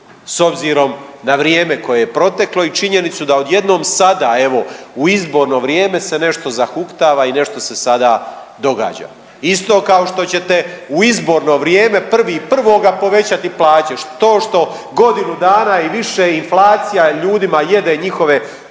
s obzirom na vrijeme koje je proteklo i činjenicu da odjednom sada evo u izborno vrijeme se nešto zahuktava i nešto se sada događa. Isto kao što ćete u izborno vrijeme 1.1. povećati plaće to što godinu dana i više inflacija ljudima jede njihove